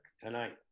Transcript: tonight